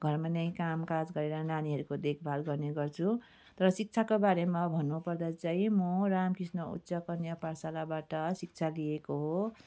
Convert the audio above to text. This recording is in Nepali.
घरमा नै कामकाज गरेर नानीहरूको देखभाल गर्ने गर्छु तर शिक्षाको बारेमा भन्नुपर्दा चाहिँ म रामकृष्ण उच्च कन्या पाठशालाबाट शिक्षा लिएको हो